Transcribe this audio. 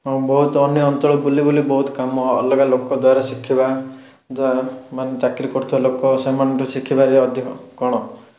ହଁ ବହୁତ ଅନ୍ୟ ଅଞ୍ଚଳ ବୁଲିବୁଲି ବହୁତ କାମ ଅଲଗା ଲୋକଦ୍ୱାରା ଶିଖିବା ଯାହାମାନେ ଚାକିରୀ କରୁଥିବା ଲୋକ ସେମାନଙ୍କଠୁ ଶିଖିପାରିବା ଅଧିକ କ'ଣ